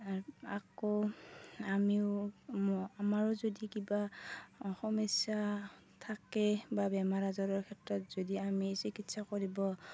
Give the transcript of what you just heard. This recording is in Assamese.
আকৌ আমিও আমাৰো যদি কিবা সমস্যা থাকে বা বেমাৰ আজাৰৰ ক্ষেত্ৰত যদি আমি চিকিৎসা কৰিব